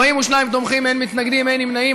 42 תומכים, אין מתנגדים, אין נמנעים.